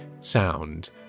sound